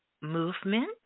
movement